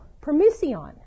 permission